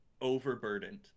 overburdened